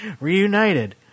reunited